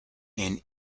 and